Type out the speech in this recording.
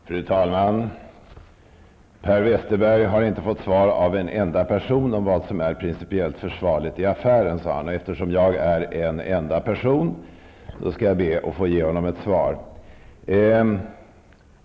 Herr talman! Per Westerberg har inte fått svar av en enda person om vad som är principiellt försvarligt i affären, påstod han. Eftersom jag är en enda person, skall jag ge honom ett svar.